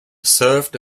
served